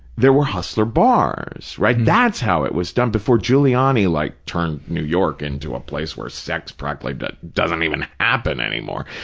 there were hustler bars, right, that's how it was done, before giuliani like turned new york into a place where sex practically but doesn't even happen anymore.